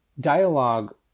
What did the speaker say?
dialogue